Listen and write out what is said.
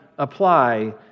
apply